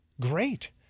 great